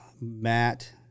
Matt